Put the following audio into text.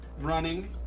running